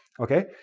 okay?